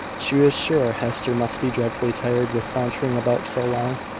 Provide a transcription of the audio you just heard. she was sure hester must be dreadfully tired with sauntering about so long.